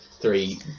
three